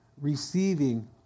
receiving